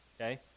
okay